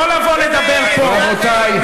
רבותי,